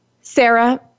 Sarah